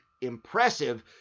impressive